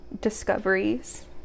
discoveries